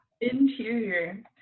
interior